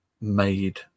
made